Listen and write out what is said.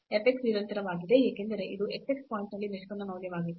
f x ನಿರಂತರವಾಗಿದೆ ಏಕೆಂದರೆ ಇದು 0 0 ಪಾಯಿಂಟ್ನಲ್ಲಿ ನಿಷ್ಪನ್ನ ಮೌಲ್ಯವಾಗಿತ್ತು